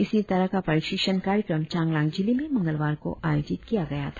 इसी तरह का प्रशिक्षण कार्यक्रम चांगलांग जिले में मंगलवार को आयोजित किया गया था